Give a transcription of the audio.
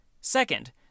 Second